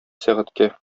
сәгатькә